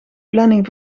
planning